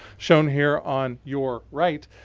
shown here on your right,